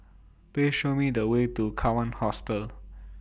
Please Show Me The Way to Kawan Hostel